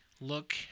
look